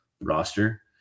roster